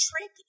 trick